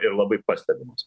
ir labai pastebimas